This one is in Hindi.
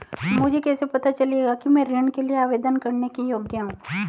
मुझे कैसे पता चलेगा कि मैं ऋण के लिए आवेदन करने के योग्य हूँ?